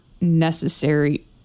necessary